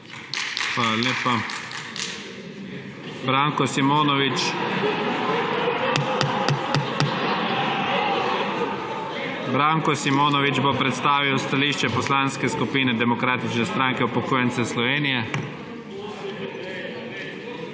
Hvala lepa. Robert Polnar bo predstavil stališče Poslanske skupine Demokratične stranke upokojencev Slovenije.